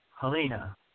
Helena